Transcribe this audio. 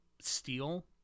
steal